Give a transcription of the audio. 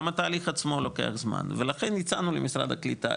גם התהליך עצמו לוקח זמן ולכן הצענו למשרד הקליטה,